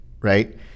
right